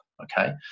Okay